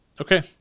Okay